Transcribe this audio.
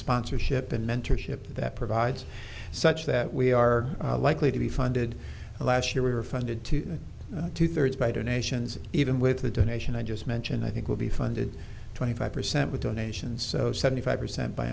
sponsorship and mentorship that provides such that we are likely to be funded last year we were funded to two thirds by donations even with the donation i just mentioned i think will be funded twenty five percent with donations so seventy five percent by